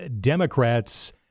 Democrats